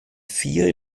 vier